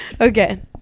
Okay